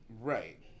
Right